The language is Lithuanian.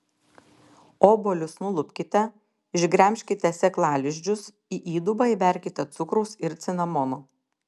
obuolius nulupkite išgremžkite sėklalizdžius į įdubą įberkite cukraus ir cinamono